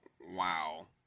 wow